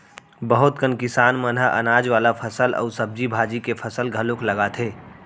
बहुत कन किसान मन ह अनाज वाला फसल अउ सब्जी भाजी के फसल घलोक लगाथे